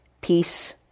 peace